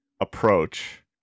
approach